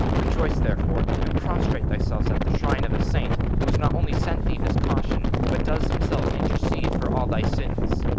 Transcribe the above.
rejoice therefore, and prostrate thy self at the shrine of a saint, who has not only sent thee this caution, but does himself intercede for all thy sins.